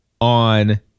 on